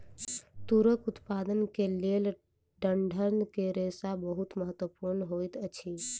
तूरक उत्पादन के लेल डंठल के रेशा बहुत महत्वपूर्ण होइत अछि